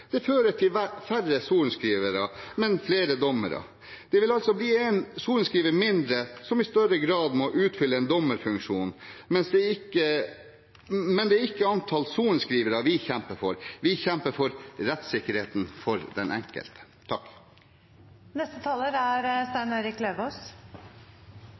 Det fører til færre sorenskrivere, men flere dommere. Det vil altså bli en sorenskriver mindre, som i større grad må utfylle en dommerfunksjon. Men det er ikke antall sorenskrivere vi kjemper for. Vi kjemper for rettssikkerheten for den enkelte.